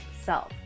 self